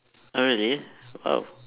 !huh! really oh